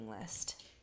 list